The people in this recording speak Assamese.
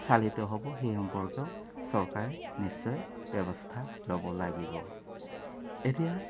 চালিত হ'ব সেই সম্পৰ্কেও চৰকাৰে নিশ্চয় ব্যৱস্থা ল'ব লাগিব এতিয়া